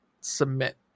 submit